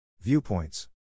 Viewpoints